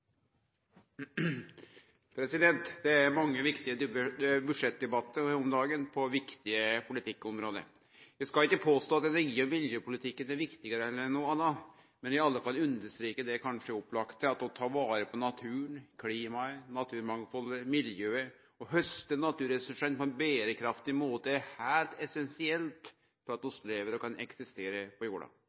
over. Det er mange viktige budsjettdebattar om dagen på viktige politikkområde. Eg skal ikkje påstå at energi- og miljøpolitikken er viktigare enn noko anna, men i alle fall understreke det kanskje opplagte: Å ta vare på naturen, klimaet, naturmangfaldet, miljøet og hauste naturressursane på ein berekraftig måte, er heilt essensielt for at vi lever og kan eksistere på jorda.